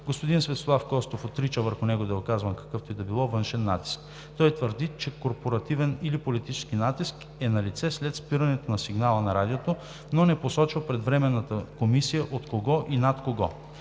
Господин Светослав Костов отрича върху него да е оказван какъвто и да било външен натиск. Той твърди, че корпоративен или политически натиск е налице след спирането на сигнала на Радиото, но не посочва пред Временната комисия от кого и над кого.